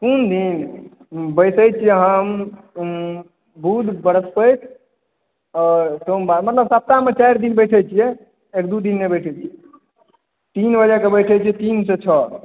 तीन दिन बैसै छियै हम बुध वृहस्पति और सोमवार मतलब सप्ताहमे चारि दिन बैसै छियै एक दू नहि बैसै छी तीन बजे कऽ बैठे छियै तीन सॅं छओ